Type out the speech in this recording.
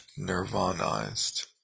nirvanized